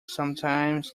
sometimes